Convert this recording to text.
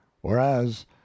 whereas